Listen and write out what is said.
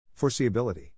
Foreseeability